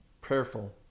prayerful